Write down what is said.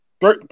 three